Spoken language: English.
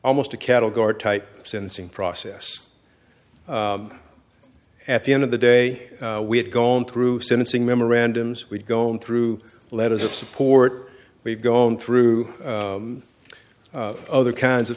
almost a cattle guard type syncing process at the end of the day we had gone through sentencing memorandums we've gone through letters of support we've gone through the other kinds of